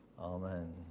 Amen